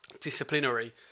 disciplinary